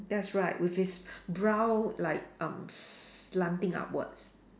that's right with his brow like um slanting upwards